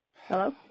Hello